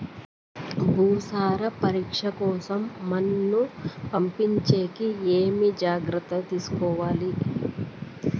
భూసార పరీక్ష కోసం మన్ను పంపించేకి ఏమి జాగ్రత్తలు తీసుకోవాలి?